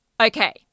Okay